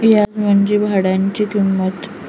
याज म्हंजी भाडानी किंमत